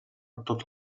tot